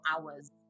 hours